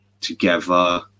Together